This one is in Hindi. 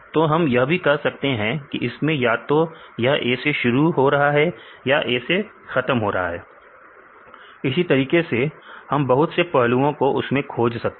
तो हम यह भी कह सकते हैं कि इसमें या तो यह A से शुरू हो रहा है या A से खत्म हो रहा है इसी तरीके से हम बहुत से पहलुओं को उसमें खोज सकते हैं